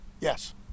Yes